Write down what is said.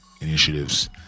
initiatives